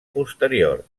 posterior